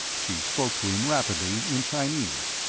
she spoke to him rapidly in chinese.